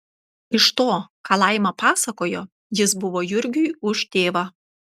iš to ką laima pasakojo jis buvo jurgiui už tėvą